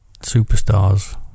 superstars